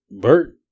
Bert